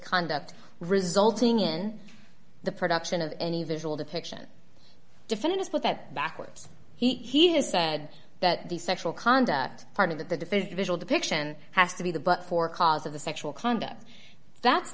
conduct resulting in the production of any visual depiction defendants but that backwards he has said that the sexual conduct part of that the defense visual depiction has to be the but for cause of the sexual conduct that's